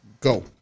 Go